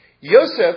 Yosef